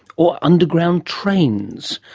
or underground trains!